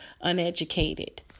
uneducated